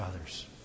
others